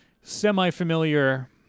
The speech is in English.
semi-familiar